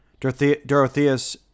Dorotheus